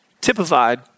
typified